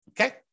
okay